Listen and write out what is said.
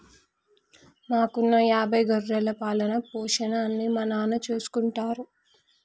మాకున్న యాభై గొర్రెల పాలన, పోషణ అన్నీ మా నాన్న చూసుకుంటారు